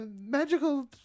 Magical